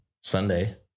Sunday